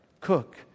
Cook